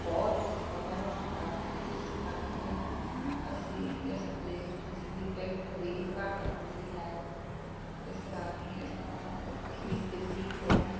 ਬਹੁਤ ਸਫ਼ਰ ਹੁੰਦਾ ਹੈ ਇਸ ਕਰਕੇ ਅਸੀਂ ਇਸ ਦੇ ਇਸਦੀ ਟਿਕਟ ਵੀ ਘੱਟ ਹੁੰਦੀ ਹੈ ਇਸ ਰਾਹੀਂ ਇਸ ਤੋਂ ਅਸੀਂ ਦਿੱਲੀ ਤੋਂ